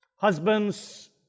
Husbands